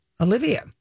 Olivia